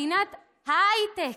מדינת ההייטק,